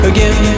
Again